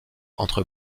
entre